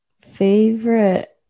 favorite